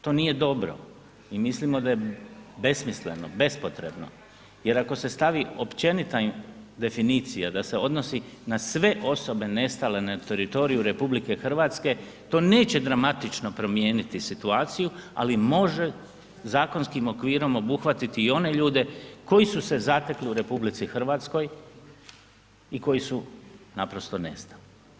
To nije dobro i mislimo da je besmisleno, bespotrebno jer ako se stavi općenita definicija da se odnosi na sve osobe nestalne na teritoriju RH, to neće dramatično promijeniti situaciju ali može zakonskim okvirom obuhvatiti i one ljude koji su se zatekli u RH i koji su naprosto nestali.